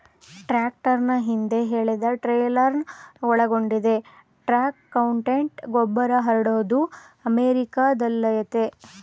ಟ್ರಾಕ್ಟರ್ನ ಹಿಂದೆ ಎಳೆದಟ್ರೇಲರ್ನ ಒಳಗೊಂಡಿದೆ ಟ್ರಕ್ಮೌಂಟೆಡ್ ಗೊಬ್ಬರಹರಡೋದು ಅಮೆರಿಕಾದಲ್ಲಯತೆ